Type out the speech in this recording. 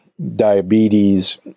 diabetes